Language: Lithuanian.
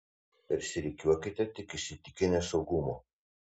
persirikiuokite tik įsitikinę saugumu